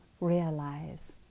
realize